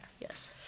Yes